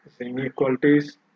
Inequalities